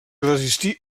resistí